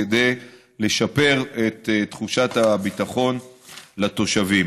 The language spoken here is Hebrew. כדי לשפר את תחושת הביטחון לתושבים.